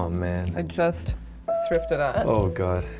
um man. i just thrifted. ah oh, god,